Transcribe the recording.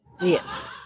Yes